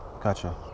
gotcha